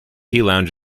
lounge